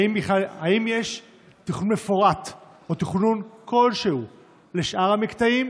האם יש תכנון מפורט או תכנון כלשהו לשאר המקטעים?